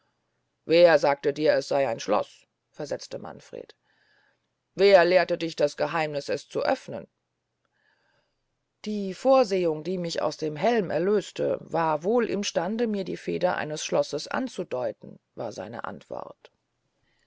wer sagte dir es sey ein schloß versetzte manfred wer lehrte dich das geheimniß es zu öfnen die vorsehung die mich aus dem helm erlöste war wohl im stande mir die feder eines schlosses anzudeuten war seine antwort